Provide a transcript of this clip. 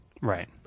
right